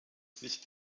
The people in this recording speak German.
sich